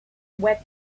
web